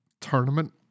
tournament